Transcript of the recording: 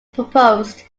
proposed